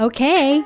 Okay